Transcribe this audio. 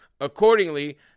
Accordingly